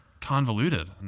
convoluted